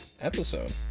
episode